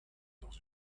dans